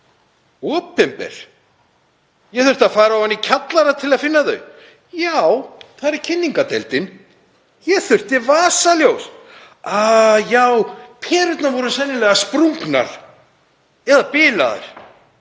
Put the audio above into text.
Opinber? Ég þurfti að fara ofan í kjallara til að finna þau. Já, þar er kynningardeildin. – Ég þurfti vasaljós. Æ, já perurnar voru sennilega sprungnar eða bilaðar.